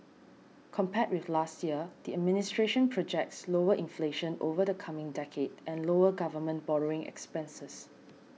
compared with last year the administration projects lower inflation over the coming decade and lower government borrowing expenses